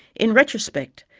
in retrospect,